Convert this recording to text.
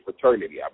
fraternity